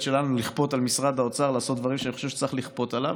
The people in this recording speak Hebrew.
שלנו לכפות על משרד האוצר לעשות דברים שאני חושב שצריך לכפות עליו.